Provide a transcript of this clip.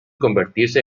convertirse